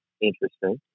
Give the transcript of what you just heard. interesting